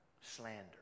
Slander